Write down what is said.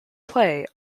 play